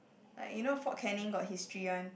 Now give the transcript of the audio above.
like you know Fort-Canning got history [one]